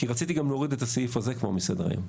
כי רציתי גם להוריד את הסעיף הזה כבר מסדר היום.